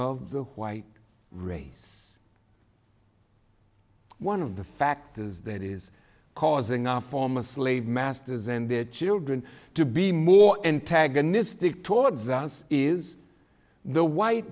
of the white race one of the factors that is causing our former slave masters and their children to be more antagonistic towards us is the white